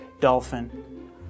dolphin